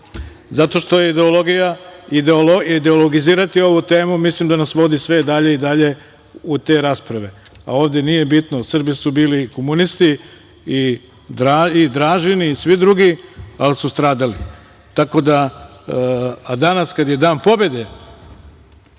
jer ideologizirati ovu temu nas vodi sve dalje i dalje u te rasprave, a ovde nije bitno. Srbi su bili komunisti i Dražini i svi drugi, ali su stradali. Danas kada je Dan pobede